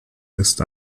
ist